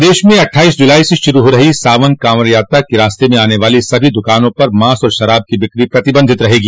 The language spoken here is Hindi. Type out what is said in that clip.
प्रदेश में अट्ठाईस जुलाई से शुरू हो रही सावन कांवड़ यात्रा के रास्ते में आने वाली सभी दुकानों पर मांस और शराब की बिक्री प्रतिबंधित रहेगी